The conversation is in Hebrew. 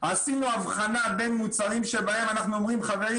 עשינו הבחנה בין מוצרים שבהם אנחנו אומרים: חברים,